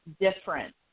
different